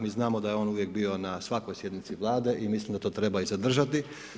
Mi znamo da je on uvijek bio na svakoj sjednici Vlade i mislim da to treba zadržati.